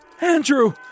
Andrew